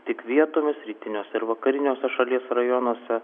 tik vietomis rytiniuose ir vakariniuose šalies rajonuose